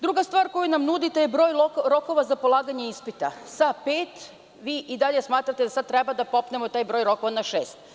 Druga stvar koju nam nudite je broj rokova za polaganje ispita, sa pet, vi i dalje smatrate, sada treba popnemo taj rokova na šest.